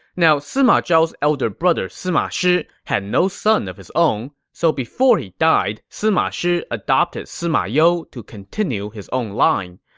now, sima zhao's elder brother sima shi had no son of his own, so before he died, sima shi adopted sima you to continue his own line.